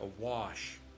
awash